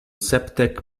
sepdek